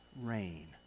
rain